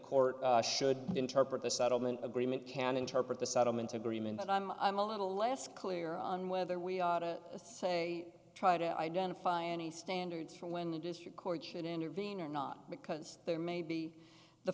court should interpret the settlement agreement can interpret the settlement agreement and i'm i'm a little less clear on whether we ought to say try to identify any standards for when a district court should intervene or not because there may be the